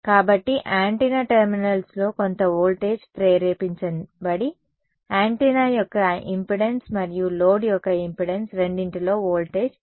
కాబట్టి యాంటెన్నా టెర్మినల్స్లో కొంత వోల్టేజ్ ప్రేరేపించబడి యాంటెన్నా యొక్క ఇంపెడెన్స్ మరియు లోడ్ యొక్క ఇంపెడెన్స్ రెండింటిలో వోల్టేజ్ పడిపోతుంది